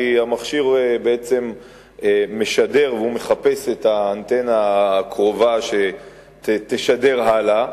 כי המכשיר בעצם משדר ומחפש את האנטנה הקרובה שתשדר הלאה,